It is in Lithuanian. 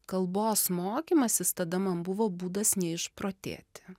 kalbos mokymasis tada man buvo būdas neišprotėti